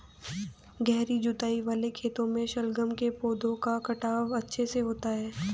गहरी जुताई वाले खेतों में शलगम के पौधे का फुटाव अच्छे से होता है